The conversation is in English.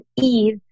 Eve